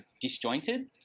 disjointed